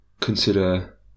consider